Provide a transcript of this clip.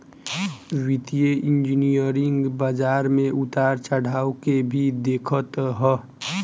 वित्तीय इंजनियरिंग बाजार में उतार चढ़ाव के भी देखत हअ